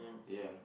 ya